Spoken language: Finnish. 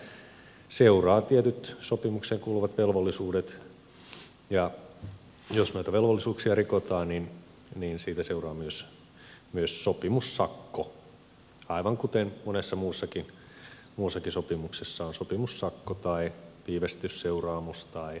siitä seuraavat tietyt sopimukseen kuuluvat velvollisuudet ja jos noita velvollisuuksia rikotaan niin siitä seuraa myös sopimussakko aivan kuten monessa muussakin sopimuksessa on sopimussakko tai viivästysseuraamus tai vahingonkorvaus